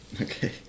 Okay